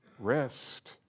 rest